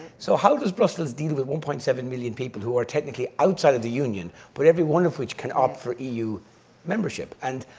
so how does brussels deal with one point seven million people who are technically outside of the union, but every one of which can opt for eu membership. and